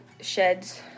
sheds